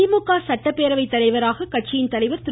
திமுக சட்டப்பேரவை தலைவராக கட்சித்தலைவர் திரு